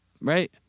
right